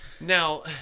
Now